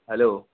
hello